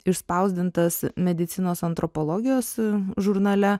išspausdintas medicinos antropologijos žurnale